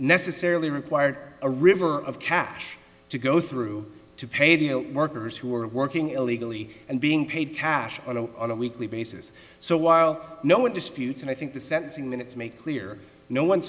necessarily required a river of cash to go through to pay the workers who are working illegally and being paid cash on a on a weekly basis so while no one disputes and i think the sentencing minutes may clear no one